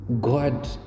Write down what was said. God